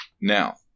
now